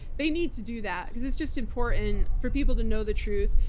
they need to do that, because it's just important for people to know the truth.